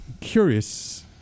curious